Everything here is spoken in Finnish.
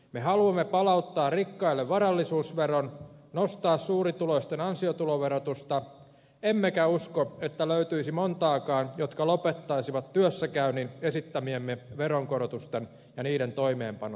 me haluamme palauttaa rikkaille varallisuusveron nostaa suurituloisten ansiotuloverotusta emmekä usko että löytyisi montaakaan jotka lopettaisivat työssäkäynnin esittämiemme veronkorotusten ja niiden toimeenpanon takia